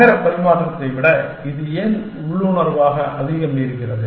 நகர பரிமாற்றத்தை விட இது ஏன் உள்ளுணர்வாக அதிகம் ஈர்க்கிறது